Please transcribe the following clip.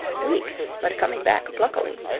weak but coming back pluckily.